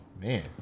man